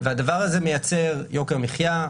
והדבר הזה מייצר יוקר מחיה,